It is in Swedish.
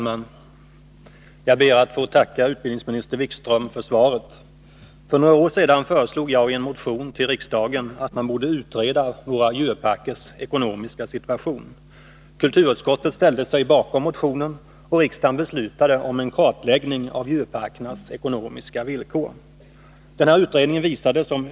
Djurparkernas ekonomiska villkor aktualiserades i riksdagsmotioner 1977/78. På förslag av kulturutskottet beslutade riksdagen om en kartläggning av djurparkernas ekonomiska problem.